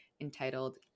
entitled